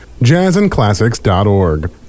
jazzandclassics.org